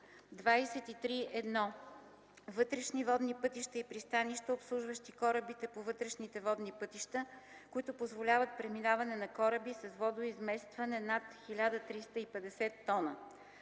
23.1. Вътрешни водни пътища и пристанища, обслужващи корабите по вътрешните водни пътища, които позволяват преминаване на кораби с водоизместване над 1350 т.